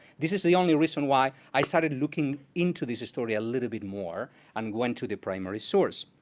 this is the only reason why i started looking into the story a little bit more, and went to the primary source.